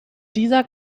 dieser